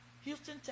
Houston